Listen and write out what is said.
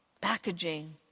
packaging